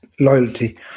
Loyalty